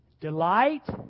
Delight